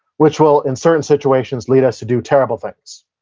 which will, in certain situations, lead us to do terrible things.